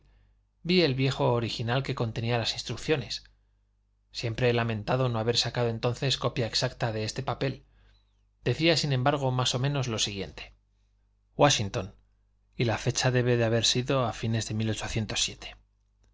vi el pliego original que contenía las instrucciones siempre he lamentado no haber sacado entonces copia exacta de este papel decía sin embargo más o menos lo siguiente wáshington señor el teniente neale os entregará